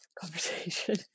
conversation